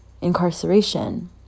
incarceration